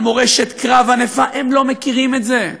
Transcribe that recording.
על מורשת קרב ענפה, הם לא מכירים את זה.